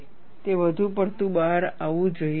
તે વધુ પડતું બહાર આવવું જોઈએ નહીં